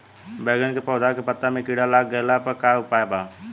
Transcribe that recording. बैगन के पौधा के पत्ता मे कीड़ा लाग गैला पर का उपाय बा?